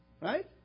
Right